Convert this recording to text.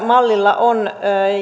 mallilla on